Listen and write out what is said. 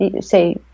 say